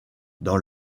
dans